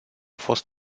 fost